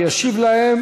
ישיב להם